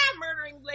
murdering